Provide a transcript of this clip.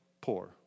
poor